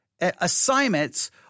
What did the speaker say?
assignments